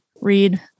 read